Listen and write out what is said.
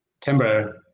Timber